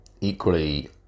equally